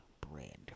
bread